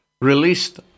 released